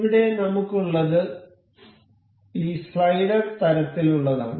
ഇവിടെ നമുക്ക് ഉള്ളത് ഈ സ്ലൈഡർ തരത്തിലുള്ളതാണ്